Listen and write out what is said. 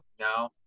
No